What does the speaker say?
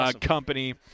company